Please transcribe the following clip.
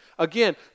Again